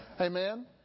Amen